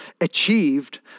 achieved